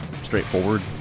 straightforward